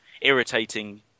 irritating